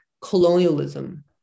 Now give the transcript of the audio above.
colonialism